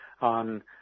on